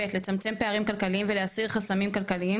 ב׳.- לצמצם פערים כלכליים ולהסיר חסמים כלכליים